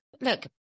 Look